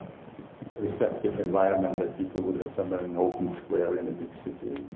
receptive environment than people would have somewhere in an open square in a big city